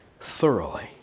thoroughly